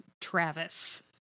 Travis